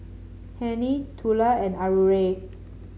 Hennie Tula and Aurore